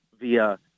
via